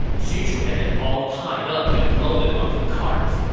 xu chu had them all tied up and loaded onto carts.